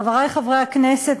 חברי חברי הכנסת,